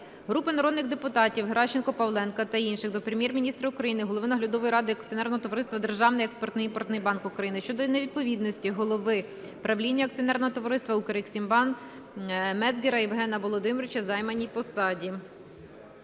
Групи народних депутатів (Геращенко, Павленка та інших) до Прем'єр-міністра України, Голови Наглядової ради Акціонерного товариства "Державний експортно-імпортний банк України" щодо невідповідності голови правління Акціонерного товариства "Укрексімбанк" Мецгера Євгена Володимировича займаній посаді.